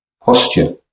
posture